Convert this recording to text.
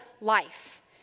life